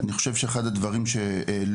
אני חושב שאחד הדברים שהעלו,